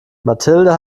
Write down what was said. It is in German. mathilde